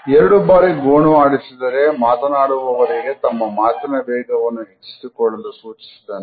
ಎರಡು ಬಾರಿ ಗೋಣು ಆಡಿಸಿದರೆ ಮಾತನಾಡುವವರಿಗೆ ತಮ್ಮ ಮಾತಿನ ವೇಗವನ್ನು ಹೆಚ್ಚಿಸಿಕೊಳ್ಳಲು ಸೂಚಿಸಿದಂತೆ